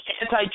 anti